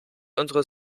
unsere